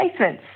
placements